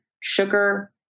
sugar